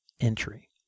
entry